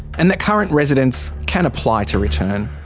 and that current residents can apply to return.